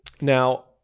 Now